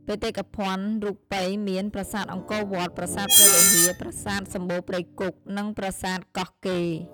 បេតិកភណ្ឌរូបីមាន ប្រាសាទអង្គរវត្ត ប្រាសាទព្រះវិហារ ប្រាសាទសម្បូរព្រៃគុក និងប្រាសាទកោះកេរ្តិ៍។